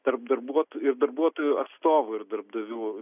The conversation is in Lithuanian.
tarp darbuotojų darbuotojų atstovų ir darbdavių